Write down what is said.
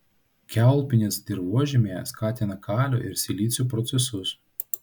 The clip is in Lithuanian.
kiaulpienės dirvožemyje skatina kalio ir silicio procesus